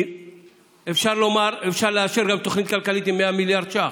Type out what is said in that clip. כי אפשר לאשר גם תוכנית כלכלית עם 100 מיליארד ש"ח.